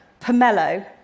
Pomelo